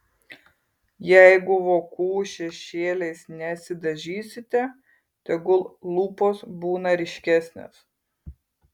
jeigu vokų šešėliais nesidažysite tegul lūpos būna ryškesnės